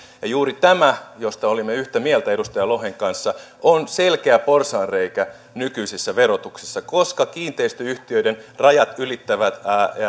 ja juuri tämä mistä olimme yhtä mieltä edustaja lohen kanssa on selkeä porsaanreikä nykyisissä verotuksissa koska kiinteistöyhtiöiden rajat ylittävä